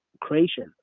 creation